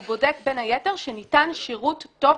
הוא בודק בין היתר שניתן שרות טוב,